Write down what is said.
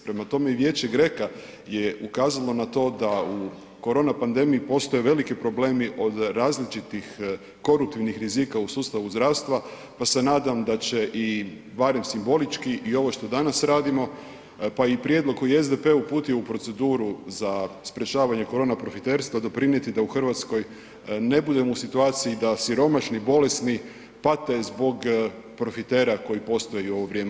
Prema tome i vijeće GRECO-a je ukazalo na to da u korona pandemiji postoje veliki problemi od različitih koruptivnih rizika u sustavu zdravstva, pa se nadam da će i barem simbolički i ovo što danas radimo, pa i prijedlog koji je SDP uputio u proceduru za sprječavanje korona profiterstva doprinijeti da u Hrvatskoj ne budemo u situaciji da siromašni, bolesni pate zbog profitera koji postoje u ovo vrijeme